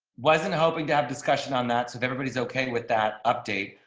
wasn't hoping to have discussion on that. so if everybody's okay with that update.